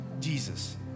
Jesus